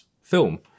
film